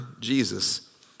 Jesus